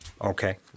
Okay